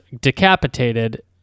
decapitated